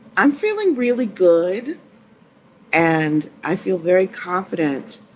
i'm feeling really good and i feel very confident